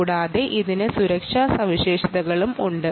കൂടാതെ ഇതിന് സുരക്ഷാ സവിശേഷതകളും ഉണ്ട്